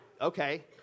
okay